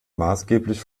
maßgeblich